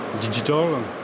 digital